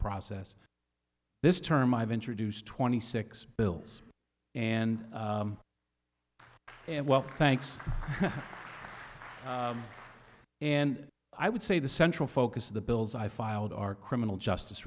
process this term i've introduced twenty six bills and and well thanks and i would say the central focus of the bills i filed are criminal justice